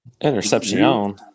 Interception